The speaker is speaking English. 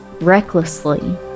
recklessly